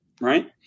right